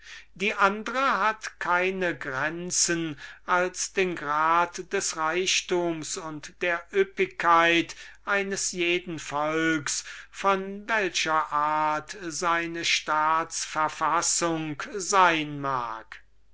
die andre hat keine grenzen als den grad des reichtums und der üppigkeit eines jeden volks von welcher art seine staatsverfassung sein mag